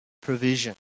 provision